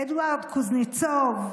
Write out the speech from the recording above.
אדוארד קוזניצוב,